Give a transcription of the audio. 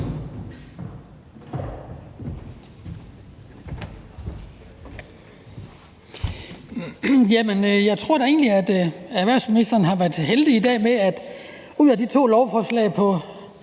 Jeg tror da egentlig, at erhvervsministeren har været heldig i dag med, at ud af de to lovforslag på